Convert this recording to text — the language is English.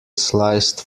sliced